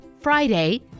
Friday